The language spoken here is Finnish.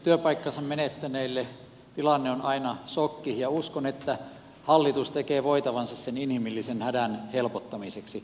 työpaikkansa menettäneille tilanne on aina sokki ja uskon että hallitus tekee voitavansa sen inhimillisen hädän helpottamiseksi